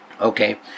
okay